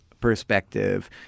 perspective